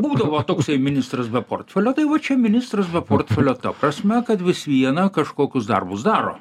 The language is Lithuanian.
būdavo toksai ministras be portfelio tai va čia ministras be portfelio ta prasme kad vis viena kažkokius darbus daro